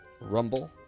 Rumble